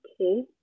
okay